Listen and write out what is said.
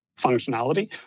functionality